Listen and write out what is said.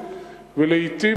ולעתים,